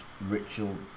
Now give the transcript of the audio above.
ritual